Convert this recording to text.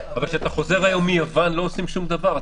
כשאתה חוזר היום מיוון לא עושים שום דבר.